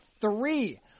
three